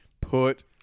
Put